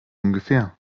ungefähr